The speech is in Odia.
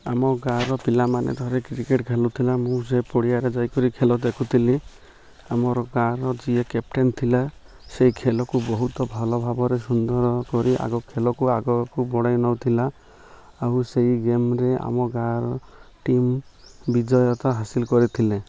ଆମ ଗାଁର ପିଲାମାନେ ଥରେ କ୍ରିକେଟ୍ ଖେଳୁଥିଲା ମୁଁ ସେ ପଡ଼ିଆରେ ଯାଇକରି ଖେଳୁ ଦେଖୁଥିଲି ଆମର ଗାଁର ଯିଏ କ୍ୟାପଟେନ୍ ଥିଲା ସେଇ ଖେଳକୁ ବହୁତ ଭଲ ଭାବରେ ସୁନ୍ଦର କରି ଆଗ ଖେଳକୁ ଆଗକୁ ବଢ଼େଇ ନଉଥିଲା ଆଉ ସେଇ ଗେମ୍ରେ ଆମ ଗାଁର ଟିମ୍ ବିଜୟତା ହାସିଲ୍ କରି ଥିଲେ